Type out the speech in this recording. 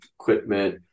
equipment